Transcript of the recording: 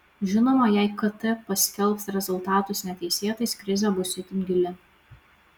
žinoma jei kt paskelbs rezultatus neteisėtais krizė bus itin gili